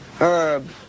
Herb